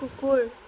কুকুৰ